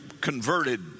converted